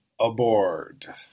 aboard